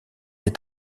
est